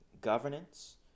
Governance